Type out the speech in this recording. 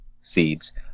Seeds